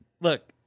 look